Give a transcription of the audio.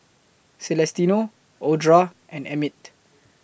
Celestino Audra and Emmitt